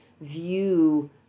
view